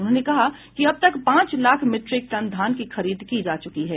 उन्होंने कहा कि अब तक पांच लाख मीट्रिक टन धान की खरीद की जा चुकी है